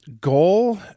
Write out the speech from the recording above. goal